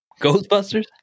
Ghostbusters